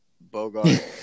Bogart